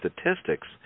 statistics